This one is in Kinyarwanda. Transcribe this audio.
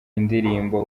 indirimbo